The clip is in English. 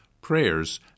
prayers